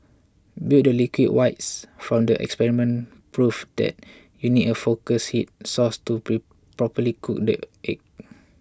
but the liquid whites from the experiment proved that you need a focused heat source to properly cook the eggs